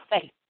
faith